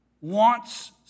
wants